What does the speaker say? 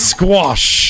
Squash